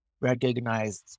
recognized